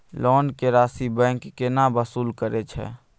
Loan के राशि bank केना वसूल करे छै?